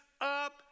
up